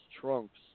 trunks